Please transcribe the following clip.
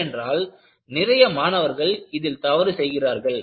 ஏனென்றால் நிறைய மாணவர்கள் இதில் தவறு செய்கிறார்கள்